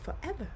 forever